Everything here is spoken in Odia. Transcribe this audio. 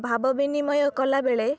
ଭାବ ବିନିମୟ କଲାବେଳେ